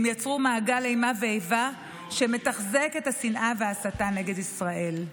הם יצרו מעגל אימה ואיבה שמתחזק את השנאה וההסתה נגד ישראל.